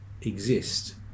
exist